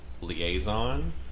liaison